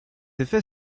effet